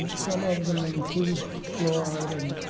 some of them include fluoride and